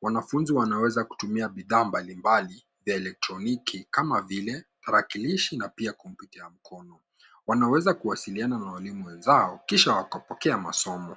Wanafunzi wanaweza kutumia bidhaa mbali mbali vya eletroniki kama vile tarakilishi na pia kompyuta ya mkono. Wanaweza kuwasiliana na walimu wenzao kisha wakimpokea masomo.